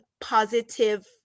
positive